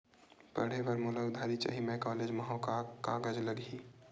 पढ़े बर मोला उधारी चाही मैं कॉलेज मा हव, का कागज लगही?